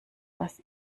was